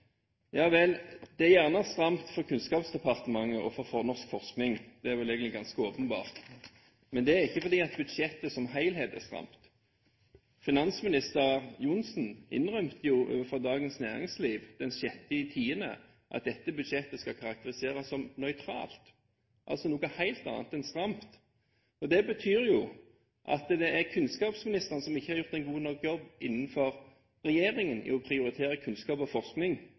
Ja vel – det er gjerne stramt for Kunnskapsdepartementet og for norsk forskning – det er vel egentlig ganske åpenbart. Men det er ikke fordi budsjettet som helhet er stramt. Finansminister Johnsen innrømte overfor Dagens Næringsliv den 6. oktober at dette budsjettet skal karakteriseres som «nøytralt» – altså noe helt annet enn stramt. Det betyr at det er kunnskapsministeren som ikke har gjort en god nok jobb innenfor regjeringen i å prioritere kunnskap og forskning